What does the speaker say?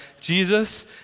Jesus